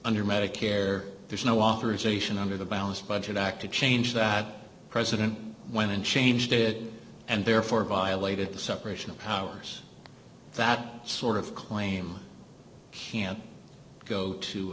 nder medicare there's no authorization under the balanced budget act to change that president when it changed it and therefore violated the separation of powers that sort of claim can't go to